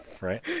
right